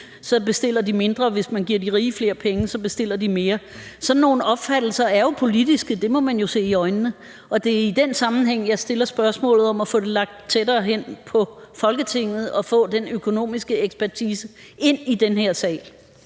så bestiller de mindre, mens hvis man giver de rige flere penge, så bestiller de mere. Sådan nogle opfattelser er jo politiske – det må man se i øjnene – og det er i den sammenhæng, at jeg stiller spørgsmålet om muligheden for at få det lagt tættere på Folketinget og få den økonomiske ekspertise ind i den her sal.